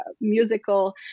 musical